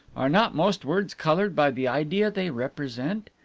are not most words colored by the idea they represent?